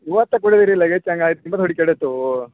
ಇವತ್ತೆ ಕೊಡಿ ಅಡಿ ಲಗೇಜ್